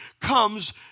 comes